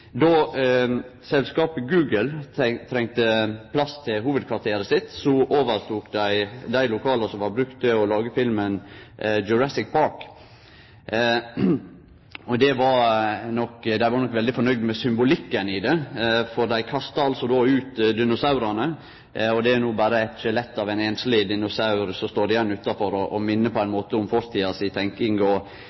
Då selskapet Google trong plass til hovudkvarteret sitt, overtok dei dei lokala som blei brukte til å lage filmen Jurassic Park. Dei var nok veldig nøgde med symbolikken, for dei kasta då ut dinosaurane, og no er det berre eit skjelett av ein einsleg dinosaur som står igjen utafor og minner på ein måte om fortida si